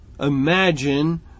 imagine